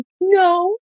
No